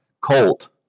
Colt